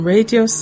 Radio